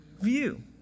view